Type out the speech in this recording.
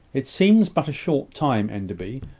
it seems but a short time, enderby,